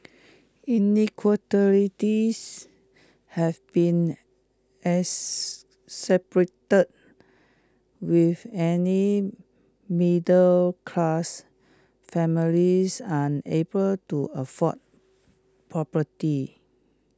inequalities have been exacerbated with any middle class families unable to afford property